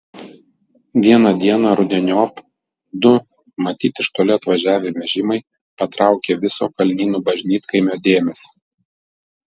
vieną dieną rudeniop du matyt iš toli atvažiavę vežimai patraukė viso kalnynų bažnytkaimio dėmesį